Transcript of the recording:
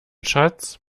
schatz